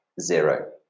zero